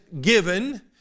given